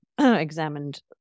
examined